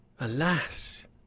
alas